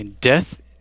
Death